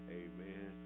amen